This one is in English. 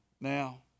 now